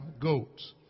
goats